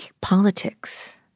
politics